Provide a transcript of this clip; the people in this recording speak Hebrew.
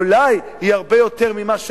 אולי היא הרבה יותר ממה שהיה,